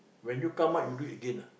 when you come out you do it again ah